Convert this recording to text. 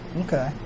Okay